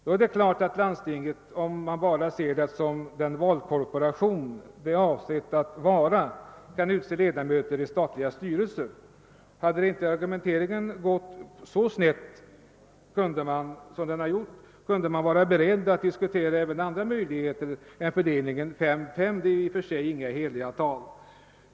Det är klart att landstinget, om man ser det bara som den valkorporation det är avsett att vara, kan utse ledamöter i statliga styrelser. Hade inte argumenteringen gått så snett som den har gjort, kunde man vara beredd att diskutera andra möjligheter än fördelningen 5— 5 — det är i och för sig inga heliga tal.